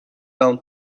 down